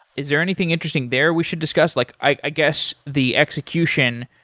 is there anything interesting there we should discuss? like i guess the execution,